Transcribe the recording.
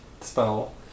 spell